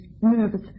nervous